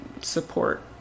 support